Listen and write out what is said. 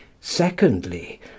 Secondly